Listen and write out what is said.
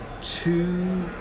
two